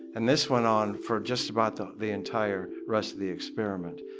and this went on for just about the the entire rest of the experiment.